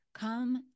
Come